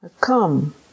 Come